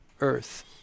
earth